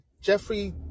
Jeffrey